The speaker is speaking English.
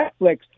Netflix